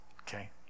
okay